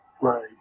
Right